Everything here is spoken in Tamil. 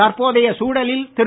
தற்போதைய சூழலில் திரு